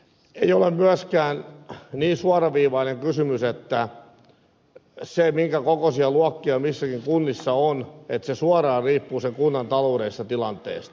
ei ole myöskään niin suoraviivainen kysymys että se minkä kokoisia luokkia missäkin kunnassa on suoraan riippuu kunnan taloudellisesta tilanteesta